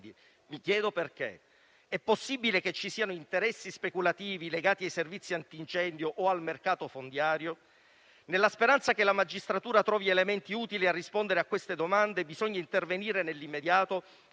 mi chiedo perché. È possibile che ci siano interessi speculativi legati ai servizi antincendio o al mercato fondiario? Nella speranza che la magistratura trovi elementi utili a rispondere a queste domande, bisogna intervenire valutando,